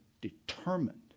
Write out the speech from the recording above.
determined